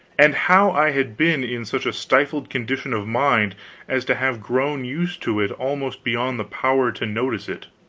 and how i had been in such a stifled condition of mind as to have grown used to it almost beyond the power to notice it.